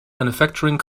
manufacturing